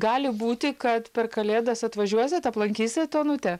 gali būti kad per kalėdas atvažiuosit aplankysit onutę